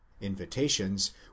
invitations